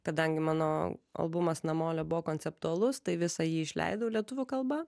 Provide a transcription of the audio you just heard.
kadangi mano albumas namolio buvo konceptualus tai visą jį išleidau lietuvių kalba